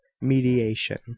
Mediation